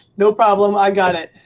no problem, i got it.